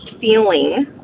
feeling